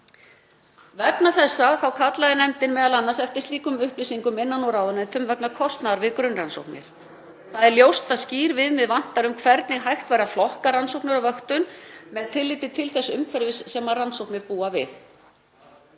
Vegna þessa þá kallaði nefndin m.a. eftir slíkum upplýsingum innan úr ráðuneytum vegna kostnaðar við grunnrannsóknir. Það er ljóst að skýr viðmið vantar um hvernig hægt væri að flokka rannsóknir og vöktun með tilliti til þess umhverfis sem rannsóknir búa við.